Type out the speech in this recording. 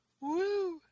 Woo